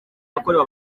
yakorewe